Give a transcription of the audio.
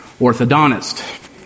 orthodontist